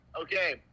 Okay